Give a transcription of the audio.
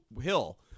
Hill